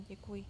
Děkuji.